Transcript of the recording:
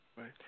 Right